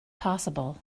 possible